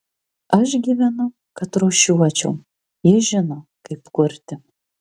aš gyvenu kad rūšiuočiau jis žino kaip kurti